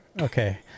Okay